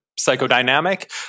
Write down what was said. psychodynamic